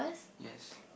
yes